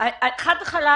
חד וחלק